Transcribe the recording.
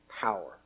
power